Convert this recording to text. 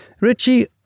Richie